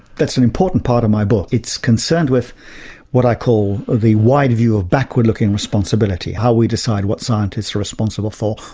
that's an important part of my book. it's concerned with what i call the wide view of backward looking responsibility how we decide what scientists are responsible for,